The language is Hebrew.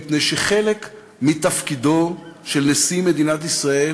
מפני שחלק מתפקידו של נשיא מדינת ישראל